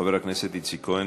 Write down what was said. חבר הכנסת איציק כהן.